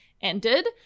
ended